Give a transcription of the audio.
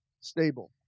stable